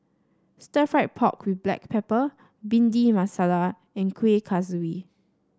Stir Fried Pork with Black Pepper Bhindi Masala and Kueh Kaswi